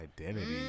identity